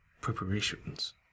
preparations